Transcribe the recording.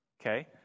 okay